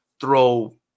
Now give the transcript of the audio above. throw